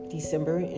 December